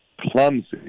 Clumsy